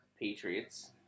Patriots